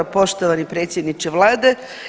Poštovani predsjedniče vlade.